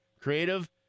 creative